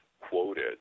quoted